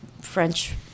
French